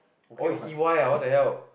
oh you E_Y ah what the hell